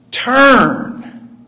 Turn